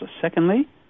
secondly